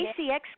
ACX